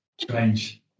strange